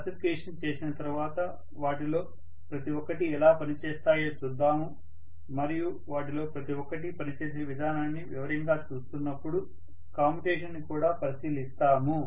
classification చేసిన తర్వాత వాటిలో ప్రతి ఒక్కటి ఎలా పనిచేస్తాయో చూద్దాము మరియు వాటిలో ప్రతి ఒక్కటి పనిచేసే విధానాన్ని వివరంగా చూస్తున్నప్పుడు కమ్యుటేషన్ ని కూడా పరిశీలిస్తాము